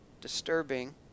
disturbing